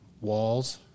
walls